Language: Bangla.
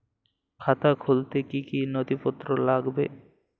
খাতা খুলতে কি কি নথিপত্র লাগবে?